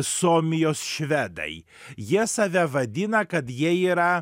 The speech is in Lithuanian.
suomijos švedai jie save vadina kad jie yra